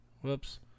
Whoops